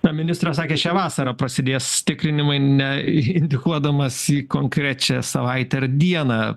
na ministras sakė šią vasarą prasidės tikrinimai ne indikuodamas į konkrečią savaitę ar dieną